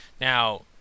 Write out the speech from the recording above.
Now